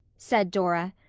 said dora.